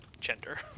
gender